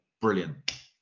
brilliant